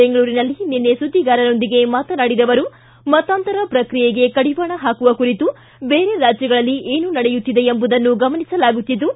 ಬೆಂಗಳೂರಿನಲ್ಲಿ ನಿನ್ನೆ ಸುದ್ದಿಗಾರರೊಂದಿಗೆ ಮಾತನಾಡಿದ ಅವರು ಮತಾಂತರ ಪ್ರಕ್ರಿಯೆಗೆ ಕಡಿವಾಣ ಹಾಕುವ ಕುರಿತು ಬೇರೆ ರಾಜ್ಗಳಲ್ಲಿ ಏನು ನಡೆಯುತ್ತಿದೆ ಎಂಬುದನ್ನು ಗಮನಿಸಲಾಗುತ್ತಿದ್ದು